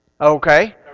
Okay